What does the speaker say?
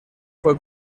fue